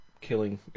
Killing